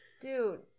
dude